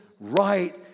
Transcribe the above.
right